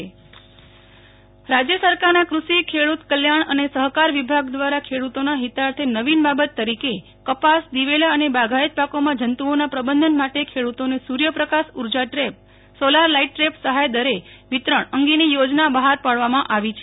Nehal Thakkar Kutch I ખેડુતો portal રાજ્ય સરકારના કૃષિ ખેડૂત કલ્યાણ અને સહકાર વિભાગ દ્વારા ખેડૂતોના હિતાર્થે નવીન બાબત તરીકે કપાસ દિવેલા અને બાગાયત પાકોમાં જં તુ ઓના પ્રબંધન માટે એડૂ તોને સૂ ર્યપ્રકાશ ઉર્જા દ્રેપ સોલાર લાઇટ દ્રેપ સહાય દરે વિતરણ અંગેની યોજના બહાર પાડવામાં આવી છે